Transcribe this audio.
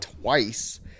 twice